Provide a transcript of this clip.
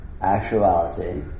actuality